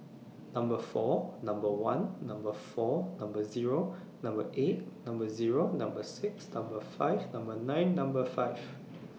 Number four Number one Number four Number Zero Number eight Number Zero Number six Number five Number nine Number five